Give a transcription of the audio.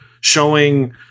showing